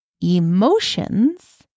emotions